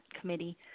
committee